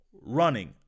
running